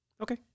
Okay